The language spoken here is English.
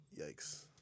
Yikes